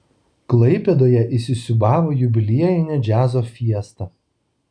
klaipėdoje įsisiūbavo jubiliejinė džiazo fiesta